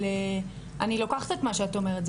אבל אני לוקחת את מה שאת אומרת,